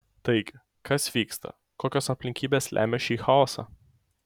taigi kas vyksta kokios aplinkybės lemia šį chaosą